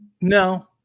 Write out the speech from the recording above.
No